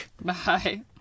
Bye